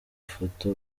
foto